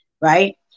right